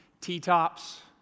T-tops